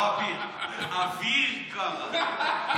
אוויר קארה.